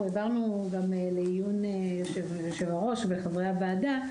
העברנו גם לעיון יושב הראש וחברי הוועדה,